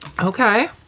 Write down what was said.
Okay